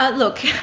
but look,